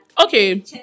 Okay